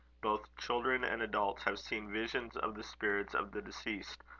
both children and adults, have seen visions of the spirits of the deceased,